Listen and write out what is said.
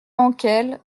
mankel